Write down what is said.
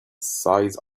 size